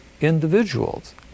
individuals